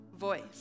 voice